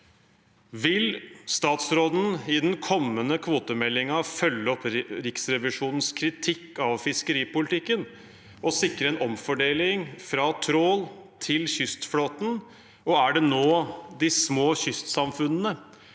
Vil statsråden i den kommende kvotemeldingen følge opp Riksrevisjonens kritikk av fiskeripolitikken, og sikre en omfordeling fra trål til kystflåten, og er det nå «de små kystsamfunnene